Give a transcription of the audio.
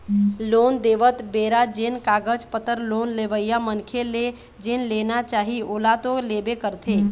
loan देवत बेरा जेन कागज पतर लोन लेवइया मनखे ले जेन लेना चाही ओला तो लेबे करथे